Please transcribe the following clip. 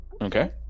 Okay